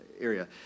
area